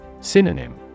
Synonym